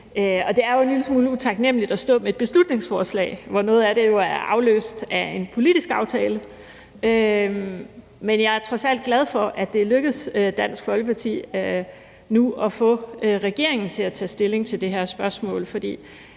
Det er jo en lille smule utaknemligt at stå med et beslutningsforslag, hvor noget af det jo er afløst af en politisk aftale, men jeg er trods alt glad for, at det nu er lykkedes Dansk Folkeparti at få regeringen til at tage stilling til det her spørgsmål,